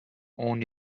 اون